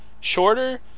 shorter